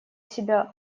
себя